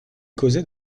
causait